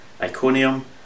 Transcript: Iconium